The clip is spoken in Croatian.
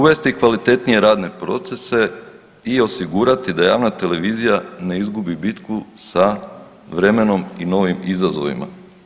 Uvesti kvalitetnije radne procese i osigurati da javna televizija ne izgubi bitku sa vremenom i novim izazovima.